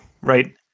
right